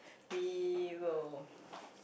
we will